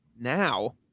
Now